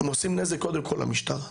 הם עושים נזק קודם כל למשטרה.